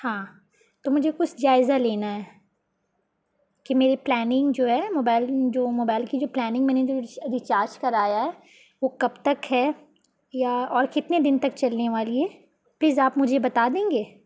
ہاں تو مجھے کچھ جائزہ لینا ہے کہ میری پلاننگ جو ہے موبائل جو موبائل کی جو پلاننگ میں نے ریچارج کرایا ہے وہ کب تک ہے یا اور کتنے دن تک چلنے والی ہے پلیز آپ مجھے بتا دیں گے